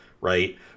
right